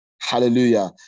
Hallelujah